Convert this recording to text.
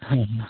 हाँ हाँ